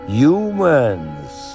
humans